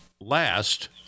last